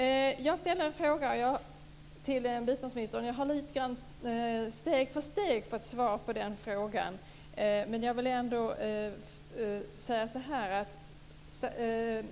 Jag skall ställa en fråga till biståndsministern. Det är en fråga som jag litet grand steg för steg har fått svar på.